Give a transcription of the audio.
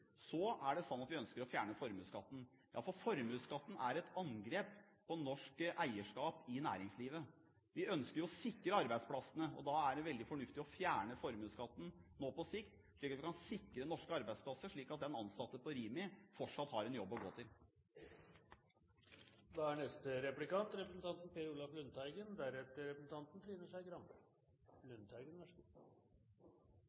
Så ønsker vi å fjerne formuesskatten, for formuesskatten er et angrep på norsk eierskap i næringslivet. Vi ønsker å sikre arbeidsplassene, og da er det veldig fornuftig å fjerne formuesskatten på sikt, slik at vi kan sikre norske arbeidsplasser så den ansatte på Rimi fortsatt har en jobb å gå til. Politikk er